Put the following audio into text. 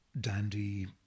dandy